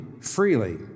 freely